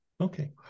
Okay